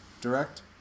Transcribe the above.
direct